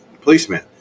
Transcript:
policeman